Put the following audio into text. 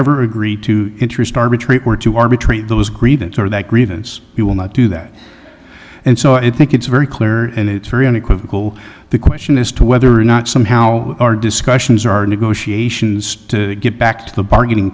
ever agree to interest arbitrate were to arbitrate those grievances or that grievance you will not do that and so i think it's very clear and it's very unequivocal the question as to whether or not somehow our discussions our negotiations to get back to the bargaining